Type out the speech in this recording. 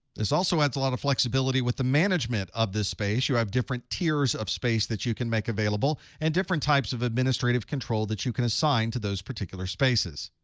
this also adds a lot of flexibility with the management of this space. you have different tiers of space that you can make available and different types of administrative control that you can assign to those particular spaces.